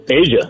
Asia